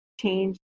change